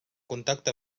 contacte